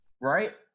right